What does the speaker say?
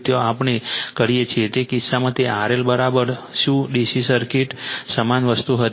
ત્યાં આપણે કરીએ છીએ તે કિસ્સામાં તે RL શું DC સર્કિટ સમાન વસ્તુ હતી